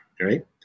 right